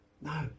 no